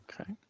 Okay